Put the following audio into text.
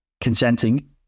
consenting